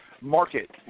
market